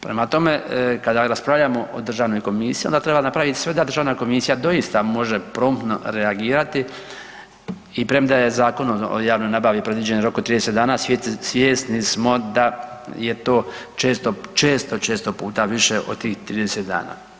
Prema tome, kada raspravljamo o državnoj komisiji onda treba napraviti sve da državna komisija doista može promptno reagirati i premda je Zakon o javnoj nabavi predviđen rok od 30 dana, svjesni smo da je to često, često puta više od tih 30 dana.